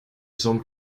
semble